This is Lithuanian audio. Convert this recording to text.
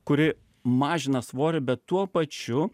kuri mažina svorį bet tuo pačiu